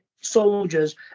soldiers